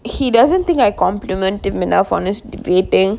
he doesn't think I compliment him enough for this debating